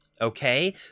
okay